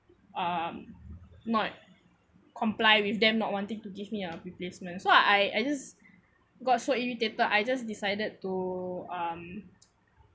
um not comply with them not wanting to give me a replacement so I I just got so irritated I just decided to um